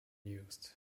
used